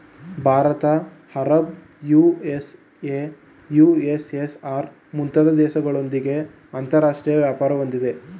Bharat Arab, USA, USSR, ಮುಂತಾದ ದೇಶಗಳೊಂದಿಗೆ ಅಂತರಾಷ್ಟ್ರೀಯ ವ್ಯಾಪಾರ ಹೊಂದಿದೆ